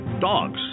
dogs